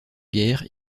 guerres